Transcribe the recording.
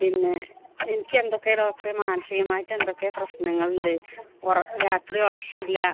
പിന്നെ എനിക്ക് എന്തൊക്കെ ഡോക്ടറെ മാനസികമായിട്ട് എന്തൊക്കെയോ പ്രശ്നങ്ങളുണ്ട് രാത്രി ഉറക്കമില്ല